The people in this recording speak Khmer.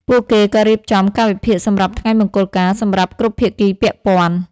ពួកគេក៏រៀបចំ កាលវិភាគសម្រាប់ថ្ងៃមង្គលការ សម្រាប់គ្រប់ភាគីពាក់ព័ន្ធ។